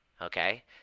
Okay